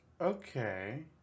Okay